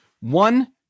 one